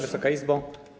Wysoka Izbo!